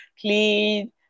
clean